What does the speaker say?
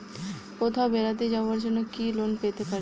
কোথাও বেড়াতে যাওয়ার জন্য কি লোন পেতে পারি?